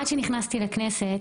עד שנכנסתי לכנסת